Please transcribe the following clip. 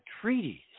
treaties